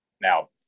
now